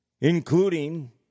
including